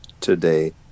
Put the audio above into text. today